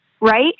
right